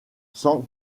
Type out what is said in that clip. sans